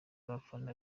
abafana